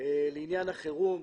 לעניין החירום,